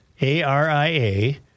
A-R-I-A